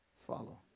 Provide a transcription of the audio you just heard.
Follow